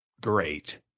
great